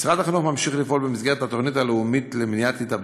משרד החינוך ממשיך לפעול במסגרת התוכנית הלאומית למניעת התאבדות,